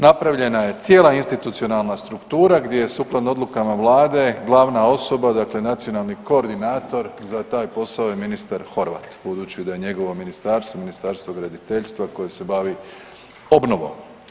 Napravljena je cijela institucionalna struktura gdje je sukladno odlukama vlade glavna osoba dakle nacionalni koordinator za taj posao je ministar Horvat, budući da je njegovo ministarstvo Ministarstvo graditeljstva koje se bavi obnovom.